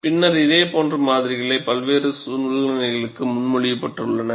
பின்னர் இதேபோன்ற மாதிரிகள் பல்வேறு சூழ்நிலைகளுக்கு முன்மொழியப்பட்டுள்ளன